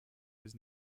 was